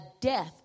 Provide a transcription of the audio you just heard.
death